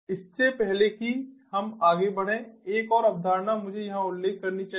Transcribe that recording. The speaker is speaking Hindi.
इससे पहले कि हम आगे बढ़ें एक और अवधारणा मुझे यहाँ उल्लेख करनी चाहिए